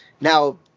Now